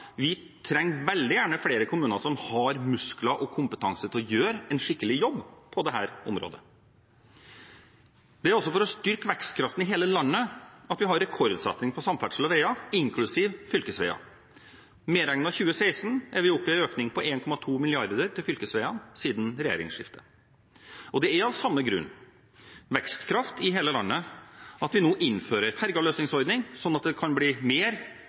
vi trenger veldig gjerne flere kommuner som har muskler og kompetanse til å gjøre en skikkelig jobb på dette området. Det er også for å styrke vekstkraften i hele landet at vi har rekordsatsing på samferdsel og veier, inklusiv fylkesveier. Medregnet 2016 er vi oppe i en økning på 1,2 mrd. kr til fylkesveiene siden regjeringsskiftet. Og det er av samme grunn – vekstkraft i hele landet – at vi nå innfører en fergeavløsningsordning, slik at det kan bli mer